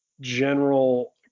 general